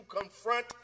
confront